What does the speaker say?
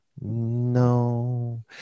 No